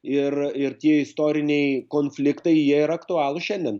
ir ir tie istoriniai konfliktai jie yra aktualūs šiandien